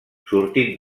sortint